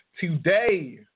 Today